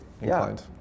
inclined